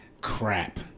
Crap